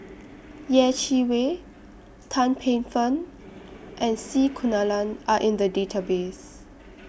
Yeh Chi Wei Tan Paey Fern and C Kunalan Are in The Database